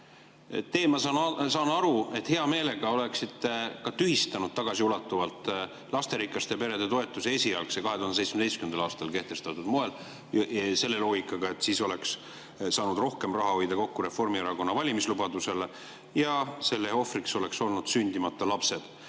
Teie, ma saan aru, hea meelega oleksite tühistanud tagasiulatuvalt ka lasterikaste perede toetuse esialgsel, 2017. aastal kehtestatud moel selle loogikaga, et siis oleks saanud rohkem raha hoida kokku Reformierakonna valimislubadusele, ja selle ohvriks oleks olnud sündimata lapsed.